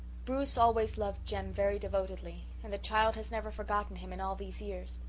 bruce always loved jem very devotedly, and the child has never forgotten him in all these years.